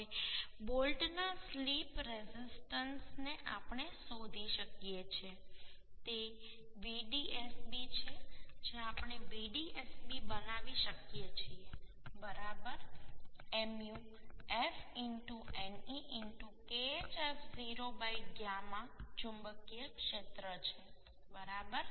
હવે બોલ્ટના slip resistance ને આપણે શોધી શકીએ છીએ કે તે vdsb છે જે આપણે vdsb બનાવી શકીએ છીએબરાબર mu f ne KhF0 γ ચુંબકીય ક્ષેત્ર છે બરાબર